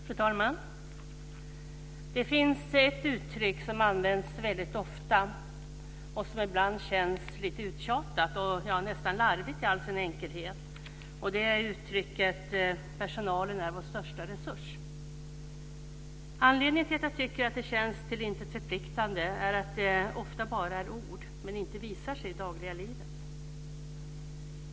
Fru talman! Det finns ett uttryck som används väldigt ofta, och som ibland känns lite uttjatat och nästan larvigt i all sin enkelhet. Det är uttrycket "personalen är vår största resurs". Anledningen till att jag tycker att det känns till intet förpliktande är att det ofta bara är ord, men inte visar sig i det dagliga livet.